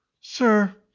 Sir